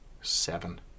seven